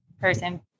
person